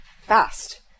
fast